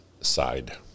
side